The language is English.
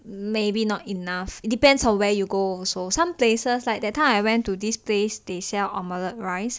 maybe not enough depends on where you go also some places like that time I went to this place they sell omelette rice